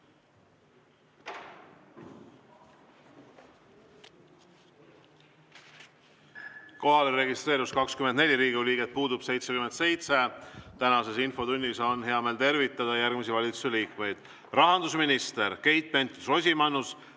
Kohalolijaks registreerus 24 Riigikogu liiget, puudub 77. Tänases infotunnis on hea meel tervitada järgmisi valitsuse liikmeid: rahandusminister Keit Pentus‑Rosimannus